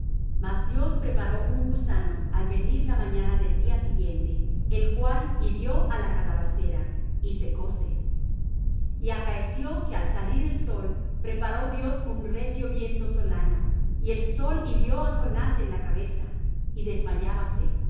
mas dios preparó un gusano al venir la mañana del día siguiente el cual hirió á la calabacera y secóse y acaeció que al salir el sol preparó dios un recio viento solano y el sol hirió á jonás en la cabeza y desmayábase y se